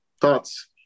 thoughts